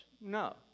no